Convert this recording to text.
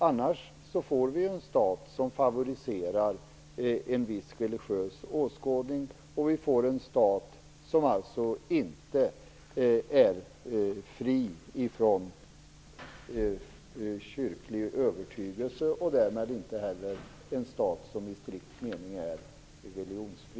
Annars får vi ju en stat som favoriserar en viss religiös åskådning och som alltså inte är fri från kyrklig övertygelse och som därmed inte heller är i strikt mening religionsfri.